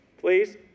Please